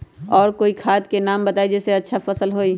और कोइ खाद के नाम बताई जेसे अच्छा फसल होई?